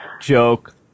joke